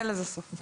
אין לזה סוף.